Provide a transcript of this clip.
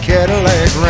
Cadillac